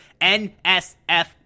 NSF